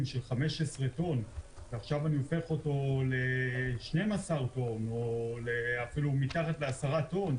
של 15 טון ואני הופך אותו ל-12 טון או מתחת ל-10 טון,